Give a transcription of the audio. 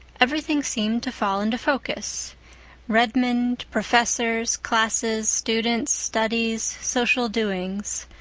everything seemed to fall into focus redmond, professors, classes, students, studies, social doings.